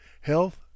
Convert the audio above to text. health